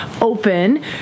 open